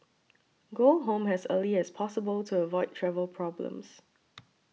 go home as early as possible to avoid travel problems